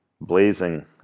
blazing